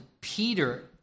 Peter